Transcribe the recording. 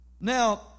Now